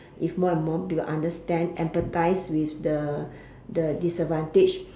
if more and more people understand empathize with the the disadvantage